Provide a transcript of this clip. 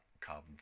carbon